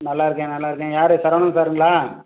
நல்லாருக்கேன் நல்லாருக்கேன் யார் சரவணன் சாருங்களா